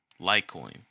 Litecoin